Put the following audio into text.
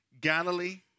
Galilee